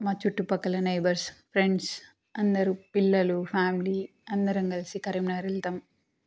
మా చుట్టుపక్కల neighbours friends అందరూ పిల్లలు ఫ్యామిలీ అందరం గలిసి కరీంనగర్ వెళ్తాం